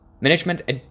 management